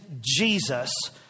Jesus